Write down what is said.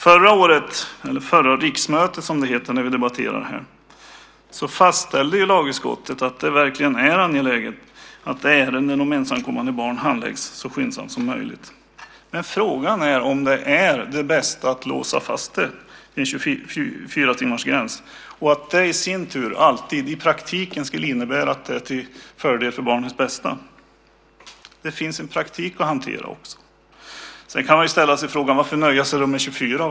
Förra riksmötet fastställde lagutskottet att det verkligen är angeläget att ärenden om ensamkommande barn handläggs så skyndsamt som möjligt. Men är det bästa att låsa fast det vid en 24-timmarsgräns? Är det i praktiken alltid för barnens bästa? Det finns en praktik att hantera också. Sedan kan man fråga sig varför man ska nöja sig med 24 timmar.